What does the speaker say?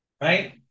right